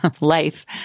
life